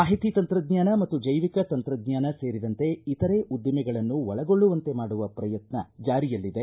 ಮಾಹಿತಿ ತಂತ್ರಜ್ಞಾನ ಮತ್ತು ಜೈವಿಕ ತಂತ್ರಜ್ಞಾನ ಸೇರಿದಂತೆ ಇತರೆ ಉದ್ವಿಮೆಗಳನ್ನು ಒಳಗೊಳ್ಳುವಂತೆ ಮಾಡುವ ಪ್ರಯತ್ನ ಜಾರಿಯಲ್ಲಿದೆ